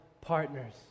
partners